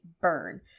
burn